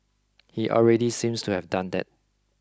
he already seems to have done that